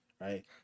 right